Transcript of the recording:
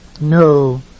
No